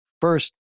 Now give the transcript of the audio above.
first